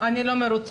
לא, אני לא מרוצה.